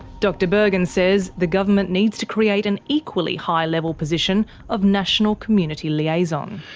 dr bergin says the government needs to create an equally high-level position of national community liaison.